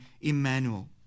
Emmanuel